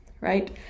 right